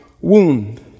wound